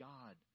God